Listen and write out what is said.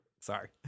sorry